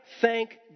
thank